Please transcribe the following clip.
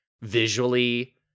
visually